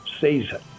season